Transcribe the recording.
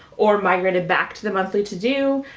or migrated back to the monthly to do,